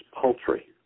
paltry